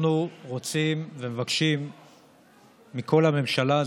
אנחנו רוצים ומבקשים מכל הממשלה,